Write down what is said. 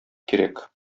кирәк